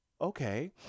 Okay